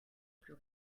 plus